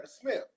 Smith